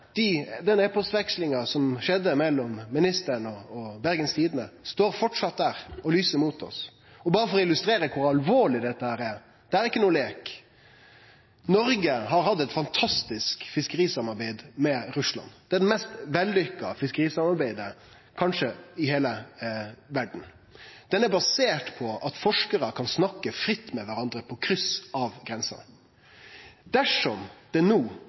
mellom ministeren og Bergens Tidende står framleis der og lyser mot oss. Og berre for å illustrere kor alvorleg dette er – det er ikkje nokon leik: Noreg har hatt eit fantastisk fiskerisamarbeid med Russland, det mest vellykka fiskerisamarbeidet kanskje i heile verda. Det er basert på at forskarar kan snakke fritt med kvarandre på tvers av grensa. Når fiskeriministeren har sådd tvil om integriteten til det